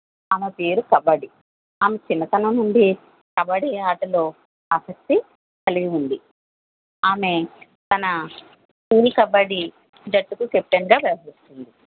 ఆమె పేరు కబడ్డీ ఆమె చిన్నతనం నుండి కబడ్డీ ఆటలో ఆసక్తి కలిగి ఉంది ఆమె తన కబడ్డీ జట్టుకు కెప్టెన్గా వ్యవహరిస్తోంది